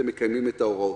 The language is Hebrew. הם מקיימים את ההוראות.